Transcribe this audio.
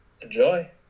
enjoy